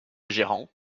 gérant